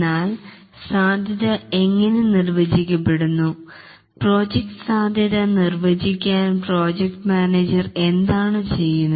എന്നാൽ സാധ്യത എങ്ങനെ നിർവചിക്കപ്പെടുന്നു പ്രോജക്റ്റ് സാധ്യത നിർവചിക്കാൻ പ്രോജക്റ്റ് മാനേജർ എന്താണ് ചെയ്യുന്നത്